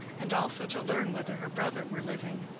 and also to learn whether her brother were living.